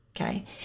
Okay